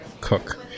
cook